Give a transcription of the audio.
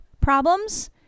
problems